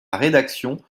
rédaction